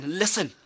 listen